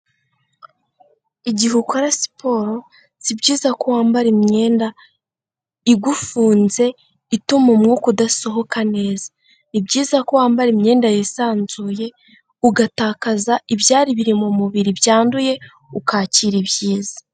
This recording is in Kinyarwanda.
Igihe ukora siporo si byiza ko wambara imyenda igufunze, ituma umwuka udasohoka neza, ni byiza ko wambara imyenda yisanzuye, ugatakaza ibyari biri mu mubiri byanduye ukakira ibyiza.